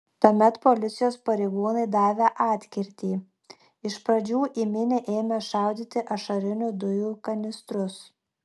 tuomet policijos pareigūnai davė atkirtį iš pradžių į minią ėmė šaudyti ašarinių dujų kanistrus